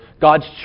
God's